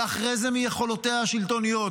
ואחרי זה מיכולותיה השלטוניות.